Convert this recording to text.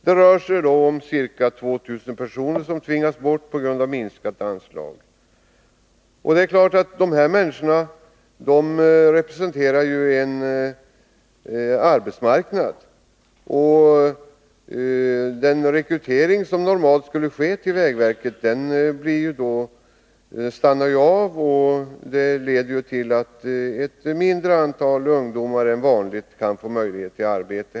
Det rör sig om ca 2 000 personer, som tvingas bort på grund av minskat anslag. Det är klart att dessa människor representerar en arbetsmarknad. Och den rekrytering till vägverket som normalt skulle ske stannar av, vilket leder till att ett mindre antal ungdomar än vanligt kan få möjlighet till arbete.